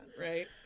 right